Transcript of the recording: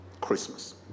Christmas